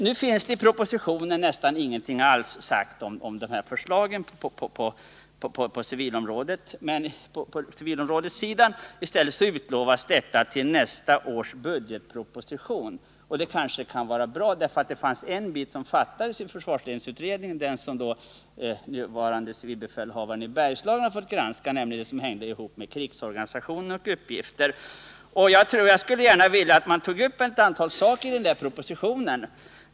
Nu finns det i propositionen nästan ingenting alls om förslaget på civilområdessidan. I stället utlovas detta till nästa års budgetproposition, och det kanske kan vara bra, för en bit fattades i försvarsledningsutredningen — det som nuvarande civilbefälhavaren i Bergslagen har fått granska, nämligen frågan som hängde ihop med krigsorganisationens uppgifter. Jag skulle gärna vilja att man tog upp ett antal saker i den propositionen.